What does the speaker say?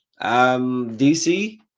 DC